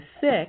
sick